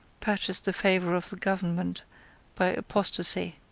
purchased the favour of the government by apostasy,